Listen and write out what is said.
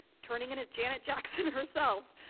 turning into janet jackson herself,